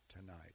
tonight